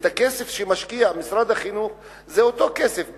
הכסף שמשקיע משרד החינוך הוא אותו כסף,